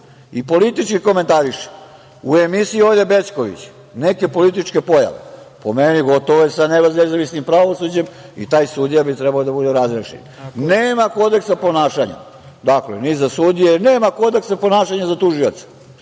i politički komentariše u emisiji Olje Bećković neke političke pojave, po meni je gotovo sa nezavisnim pravosuđem i taj sudija bi trebao da bude razrešen. Nema kodeksa ponašanja ni za sudije, nam kodeksa ponašanja za